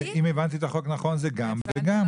אם הבנתי את החוק נכון זה גם וגם.